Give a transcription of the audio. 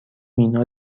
مینا